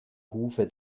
hufe